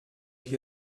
wie